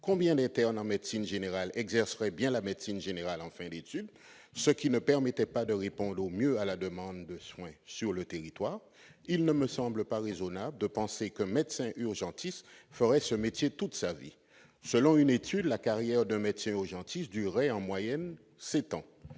combien d'internes en médecine générale exerceraient bien la médecine générale en fin d'études, et ainsi de répondre au mieux à la demande de soins sur le territoire, il ne me semble pas raisonnable de penser qu'un médecin urgentiste exercera ce métier toute sa vie. Selon une étude, la carrière de médecin urgentiste durerait en moyenne sept ans